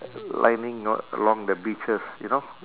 lining a~ along the beaches you know